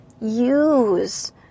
Use